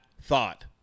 thought